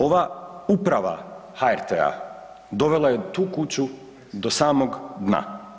Ova uprava HRT-a dovela je tu kuću do samog dna.